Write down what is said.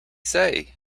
say